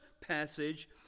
passage